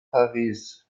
paris